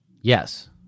Yes